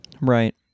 Right